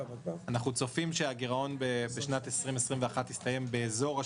אנחנו צופים שהגירעון בשנת 2021 יסתיים באזור של